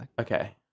okay